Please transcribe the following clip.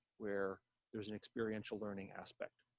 where there's an experiential learning aspect,